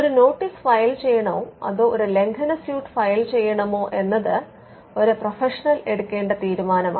ഒരു notice file ചെയ്യണമോ അതോ ഒരു ലംഘന സ്യൂട്ട് ഫയൽ ചെയ്യണമോ എന്നത് ഒരു പ്രൊഫഷണൽ എടുക്കേണ്ട തീരുമാനമാണ്